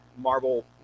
Marvel